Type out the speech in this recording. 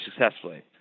successfully